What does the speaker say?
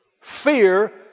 fear